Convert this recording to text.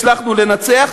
הצלחנו לנצח,